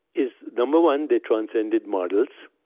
is number one, they transcended models.